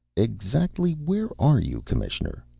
exactly where are you, commissioner?